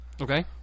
Okay